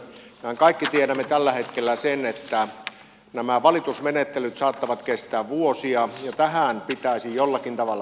mehän kaikki tiedämme tällä hetkellä sen että nämä valitusmenettelyt saattavat kestää vuosia ja tähän pitäisi jollakin tavalla puuttua